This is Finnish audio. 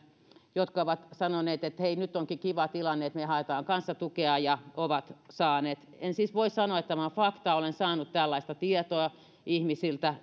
jotka ovat sanoneet että hei nyt onkin kiva tilanne me haemme kanssa tukea ja ovat saaneet en siis voi sanoa että tämä on faktaa olen saanut tällaista tietoa ihmisiltä